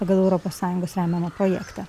pagal europos sąjungos remiamą projektą